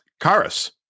Karis